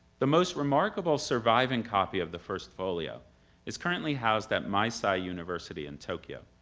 the most remarkable surviving copy of the first folio is currently housed at meisei university in tokyo.